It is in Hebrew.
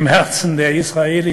לב-לבה של